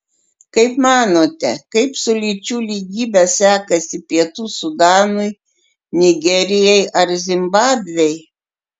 kaip manote kaip su lyčių lygybe sekasi pietų sudanui nigerijai ar zimbabvei